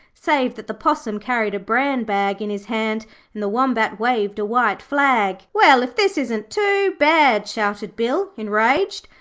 save that the possum carried a bran bag in his hand and the wombat waved a white flag. well, if this isn't too bad shouted bill, enraged.